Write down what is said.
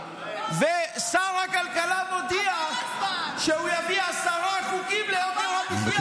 ושר הכלכלה מודיע שהוא יביא עשרה חוקים ליוקר המחיה,